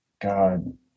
God